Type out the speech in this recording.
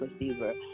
receiver